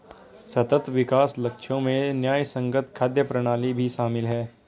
सतत विकास लक्ष्यों में न्यायसंगत खाद्य प्रणाली भी शामिल है